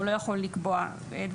הוא לא יכול לקבוע דברים,